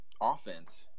offense